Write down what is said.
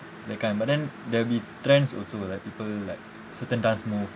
that kind but then there'll be trends also like people like certain dance move